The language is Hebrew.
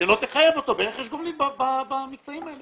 שלא תחייב אותו ברכש גומלין במקטעים האלה